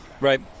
right